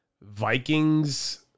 Vikings